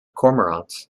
cormorants